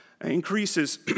increases